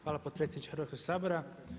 Hvala potpresjedniče Hrvatskog sabora.